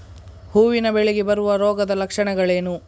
ಹೂವಿನ ಬೆಳೆಗೆ ಬರುವ ರೋಗದ ಲಕ್ಷಣಗಳೇನು?